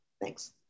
thanks